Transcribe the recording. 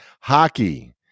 Hockey